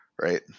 right